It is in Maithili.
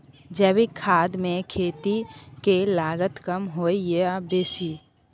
जैविक खाद मे खेती के लागत कम होय ये आ बेसी?